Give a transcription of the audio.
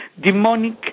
demonic